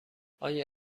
آیا